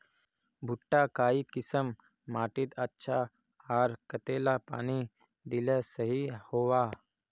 भुट्टा काई किसम माटित अच्छा, आर कतेला पानी दिले सही होवा?